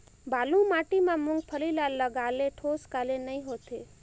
बालू माटी मा मुंगफली ला लगाले ठोस काले नइ होथे?